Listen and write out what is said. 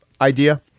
idea